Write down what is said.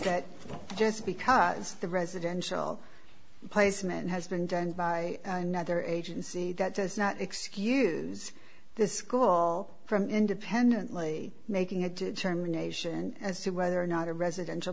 that just because the residential placement has been done by another agency that does not excuse this school from independently making a determination as to whether or not a residential